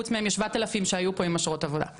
חוץ מהם יש 7,000 שהיו פה עם אשרות עבודה.